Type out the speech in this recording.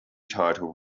title